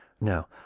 Now